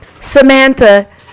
Samantha